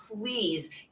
please